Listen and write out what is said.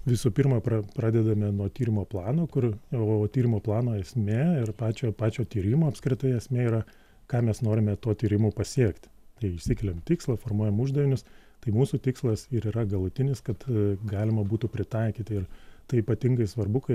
visų pirma pradedame nuo tyrimo plano kur o tyrimo plano esmė ir pačio pačio tyrimo apskritai esmė yra ką mes norime tuo tyrimu pasiekti tai išsikeliam tikslą formuojam uždavinius tai mūsų tikslas ir yra galutinis kad galima būtų pritaikyti ir tai ypatingai svarbu kai